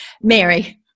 Mary